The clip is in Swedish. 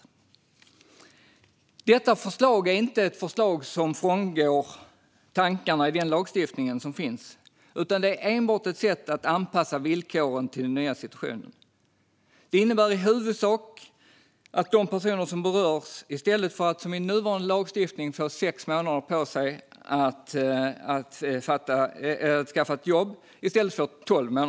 Detta förslag frångår inte tankarna i lagstiftningen, utan det handlar enbart om att anpassa villkoren till situationen. Det innebär i huvudsak att de personer som berörs får tolv månader på sig att skaffa jobb i stället för de sex månader som står i lagstiftningen.